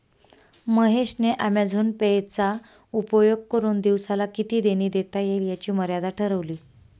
महेश ने Amazon Pay चा उपयोग करुन दिवसाला किती देणी देता येईल याची मर्यादा ठरवली